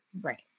right